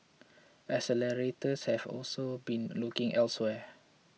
accelerators have also been looking elsewhere